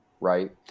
Right